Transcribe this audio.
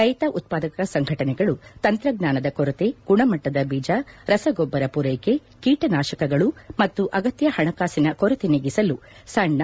ರೈತ ಉತ್ಪಾದಕ ಸಂಘಟನೆಗಳು ತಂತ್ರಜ್ಞಾನದ ಕೊರತೆ ಗುಣಮಟ್ಟದ ಬೀಜ ರಸಗೊಬ್ಬರ ಪೂರೈಕೆ ಕೀಟನಾಶಕ ಮತ್ತು ಅಗತ್ತ ಹಣಕಾಸಿನ ಕೊರತೆ ನೀಗಿಸಲು ಸಣ್ಣ